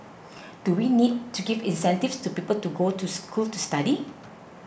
do we need to give incentives to people to go to school to study